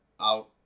out